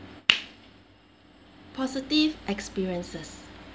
positive experiences